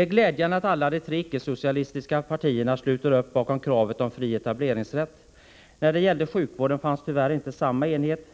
är glädjande att alla de tre icke-socialistiska partierna sluter upp bakom kravet på fri etableringsrätt. När det gällde sjukvården fanns tyvärr inte samma enighet.